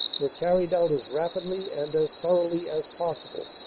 were carried out as rapidly and as thor oughly as possible.